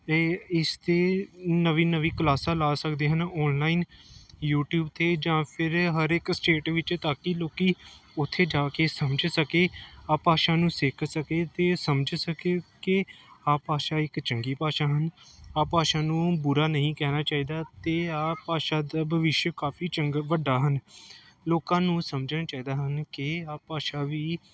ਇਹ ਇਸ 'ਤੇ ਨਵੀਂ ਨਵੀਂ ਕਲਾਸਾਂ ਲਾ ਸਕਦੇ ਹਨ ਔਨਲਾਈਨ ਯੂਟੀਊਬ 'ਤੇ ਜਾਂ ਫਿਰ ਹਰ ਇੱਕ ਸਟੇਟ ਵਿੱਚ ਤਾਂ ਕਿ ਲੋਕ ਉੱਥੇ ਜਾ ਕੇ ਸਮਝ ਸਕੇ ਆਹ ਭਾਸ਼ਾ ਨੂੰ ਸਿੱਖ ਸਕੇ ਅਤੇ ਸਮਝ ਸਕੇ ਕਿ ਆਹ ਭਾਸ਼ਾ ਇੱਕ ਚੰਗੀ ਭਾਸ਼ਾ ਹਨ ਭਾਸ਼ਾ ਨੂੰ ਬੁਰਾ ਨਹੀਂ ਕਹਿਣਾ ਚਾਹੀਦਾ ਅਤੇ ਆਹ ਭਾਸ਼ਾ ਦਾ ਭਵਿੱਖ ਕਾਫੀ ਚੰਗਾ ਵੱਡਾ ਹਨ ਲੋਕਾਂ ਨੂੰ ਸਮਝਣਾ ਚਾਹੀਦਾ ਹਨ ਕਿ ਆਹ ਭਾਸ਼ਾ ਵੀ